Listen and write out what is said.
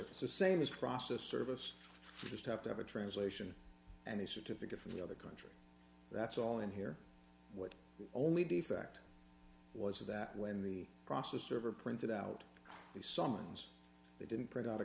service the same as process service you just have to have a translation and a certificate from the other country that's all in here what only defect was that when the process server printed out the summons they didn't print out a